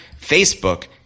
Facebook